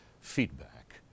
feedback